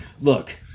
look